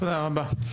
תודה רבה.